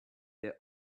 their